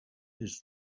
his